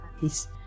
hes